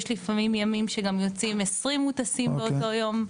יש לפעמים ימים שגם יוצאים 20 מוטסים באותו יום.